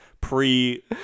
pre